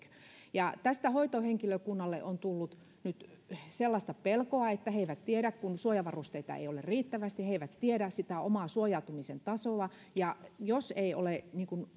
eikö tästä hoitohenkilökunnalle on tullut nyt sellaista pelkoa että suojavarusteita ei ole riittävästi ja he eivät tiedä sitä omaa suojautumisensa tasoa jos ei ole